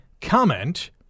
comment